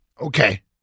Okay